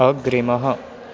अग्रिमः